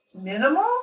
minimal